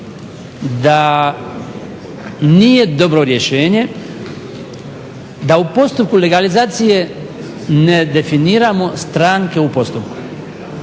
da nije dobro rješenje da u postupku legalizacije ne definiramo stranke u postupku.